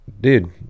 dude